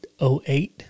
08